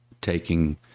taking –